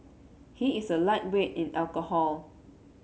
he is a lightweight in alcohol